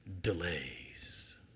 delays